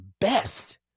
best